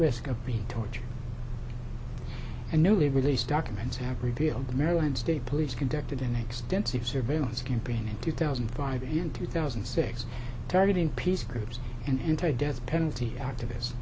risk of being tortured and newly released documents have revealed the maryland state police conducted an extensive surveillance campaign in two thousand and five and two thousand and six targeting peace groups and entire death penalty activists